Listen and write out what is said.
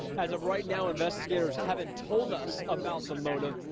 as of right now, investigators haven't told us about the motive.